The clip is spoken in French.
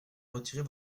retirer